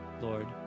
Lord